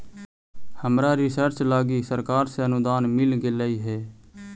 हमरा रिसर्च लागी सरकार से अनुदान मिल गेलई हे